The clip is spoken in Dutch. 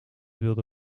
wilde